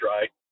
Right